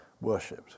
worshipped